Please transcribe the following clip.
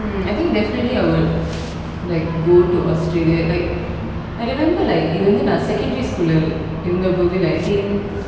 mm I think definitely I would like go to australia like I remember like இது வந்து நான்:idhu vanthu naan secondary school ல இருந்த போது:la iruntha pothu I think